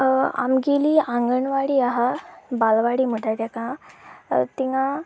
आमची आंगणवाडी आसा बालवाडी म्हणटात ताका थंय